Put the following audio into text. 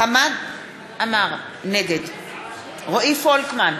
חמד עמאר, נגד רועי פולקמן,